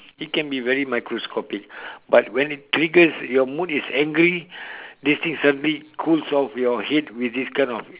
it can be very microscopic but when it triggers your mood is angry this thing suddenly cools off your head with this kind of